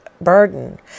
burden